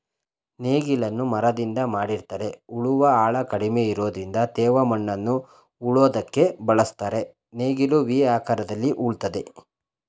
ನೇಗಿಲನ್ನು ಮರದಿಂದ ಮಾಡಿರ್ತರೆ ಉಳುವ ಆಳ ಕಡಿಮೆ ಇರೋದ್ರಿಂದ ತೇವ ಮಣ್ಣನ್ನು ಉಳೋದಕ್ಕೆ ಬಳುಸ್ತರೆ ನೇಗಿಲು ವಿ ಆಕಾರದಲ್ಲಿ ಉಳ್ತದೆ